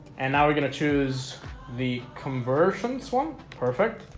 and now we're gonna choose the conversion swamp perfect.